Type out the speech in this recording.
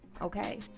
Okay